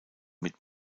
mit